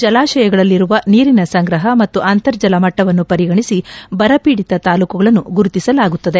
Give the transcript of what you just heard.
ಜಲಾಶಯಗಳಲ್ಲಿರುವ ನೀರಿನ ಸಂಗ್ರಹ ಮತ್ತು ಅಂತರ್ಜಲ ಮಟ್ಟವನ್ನು ಪರಿಗಣಿಸಿ ಬರಪೀಡಿತ ತಾಲೂಕುಗಳನ್ನು ಗುರುತಿಸಲಾಗುತ್ತದೆ